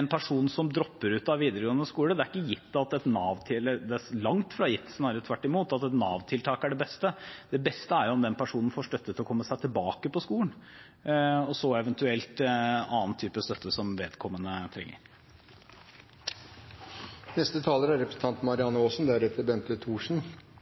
en person som dropper ut av videregående skole, er det langt fra gitt, snarere tvert imot, at et Nav-tiltak er det beste. Det beste er at den personen får støtte til å komme seg tilbake på skolen, og så eventuelt annen type støtte som vedkommende trenger. Frafall har vært diskutert i denne salen mange ganger, det har vært omtalt i mediene mange ganger, og vi skolepolitikere er